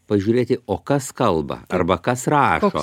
pažiūrėti o kas kalba arba kas rašo